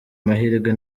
mahirwe